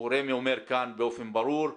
רמ"י אומר כאן באופן ברור,